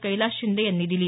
कैलास शिंदे यांनी दिली